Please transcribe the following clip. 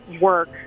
work